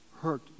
hurt